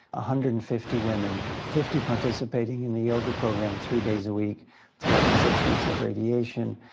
ah hundred and fifty women, fifty participating in the yoga program three days a week throughout the six weeks of radiation,